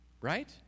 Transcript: Right